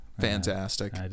Fantastic